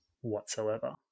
whatsoever